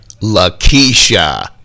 Lakeisha